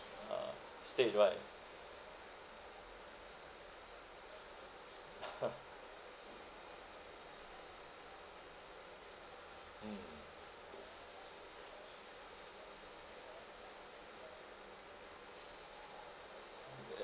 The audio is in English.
uh state right (uh huh) mm